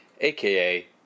aka